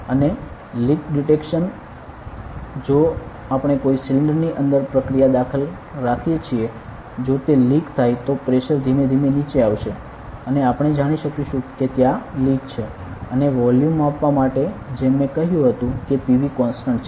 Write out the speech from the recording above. અને leak detection જો આપણે કોઈ સિલિન્ડર ની અંદર પ્રક્રિયા દાખલ રાખીએ છીએ જો તે લિક થાય તો પ્રેશર pressure ધીમે ધીમે નીચે આવશે અને આપણે જાણી શકીશું કે ત્યાં લિક છે અને વોલ્યુમ માપવા માટે જેમ મેં કહ્યું હતુ કે PV કોન્સટન્ટ છે